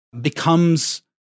becomes